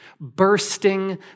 bursting